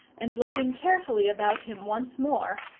and looking carefully about him once more